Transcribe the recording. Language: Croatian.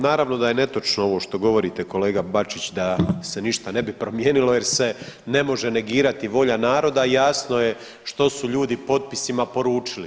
Naravno da je netočno ovo što govorite kolega Bačić da se ništa ne bi promijenilo jer se ne može negirati volja naroda i jasno je što su ljudi potpisima poručili.